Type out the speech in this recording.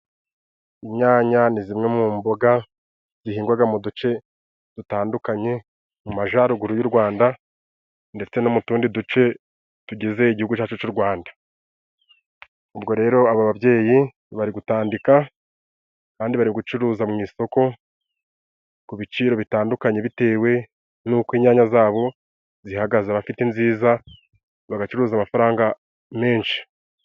Inyanya ni zimwe mu mboga zihingwaga mu duce dutandukanye mu majaruguru y'u Rwanda, ndetse no mu tundi tuce tugize igihugu cacu c'u Rwanda, ubwo rero aba babyeyi bari gutandika kandi bari gucuruza mu isoko ku biciro bitandukanye bitewe n'uko inyanya zabo zihagaze, abafite inziza bagacuruza amafaranga menshi.